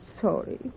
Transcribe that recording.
sorry